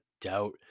doubt